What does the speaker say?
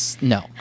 No